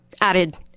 added